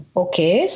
okay